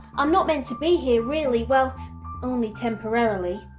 i'm not meant to be here really, well only temporarily.